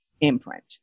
imprint